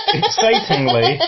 excitingly